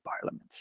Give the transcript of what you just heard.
Parliament